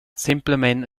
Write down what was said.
semplamein